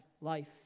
life